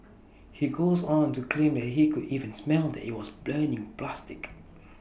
he goes on to claim that he could even smell that IT was burning plastic